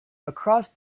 across